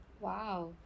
Wow